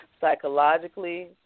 psychologically